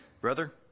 Brother